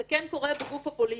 זה כן קורה בגוף הפוליטי.